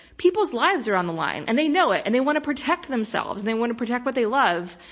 people's lives are on the line and they know it and they want to protect themselves. they want to protect what they love.